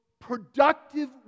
productive